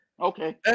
Okay